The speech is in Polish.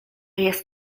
jest